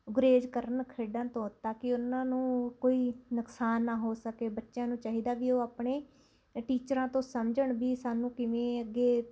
ਗੁਰੇਜ਼ ਕਰਨ ਖੇਡਣ ਤੋਂ ਤਾਂ ਕਿ ਉਨ੍ਹਾਂ ਨੂੰ ਕੋਈ ਨੁਕਸਾਨ ਨਾ ਹੋ ਸਕੇ ਬੱਚਿਆਂ ਨੂੰ ਚਾਹੀਦਾ ਵੀ ਉਹ ਆਪਣੇ ਟੀਚਰਾਂ ਤੋਂ ਸਮਝਣ ਵੀ ਸਾਨੂੰ ਕਿਵੇਂ ਅੱਗੇ